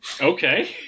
Okay